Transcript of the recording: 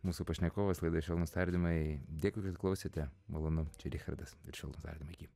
mūsų pašnekovas laidoje švelnūs tardymai dėkui kad klausėte malonu čia richardas ir švelnūs tardymai iki